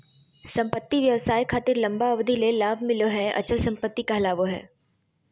संपत्ति व्यवसाय खातिर लंबा अवधि ले लाभ मिलो हय अचल संपत्ति कहलावय हय